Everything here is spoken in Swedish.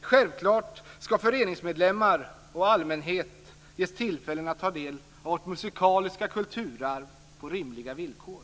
Självfallet ska föreningsmedlemmar och allmänhet ges tillfällen att ta del av vårt musikaliska kulturarv på rimliga villkor.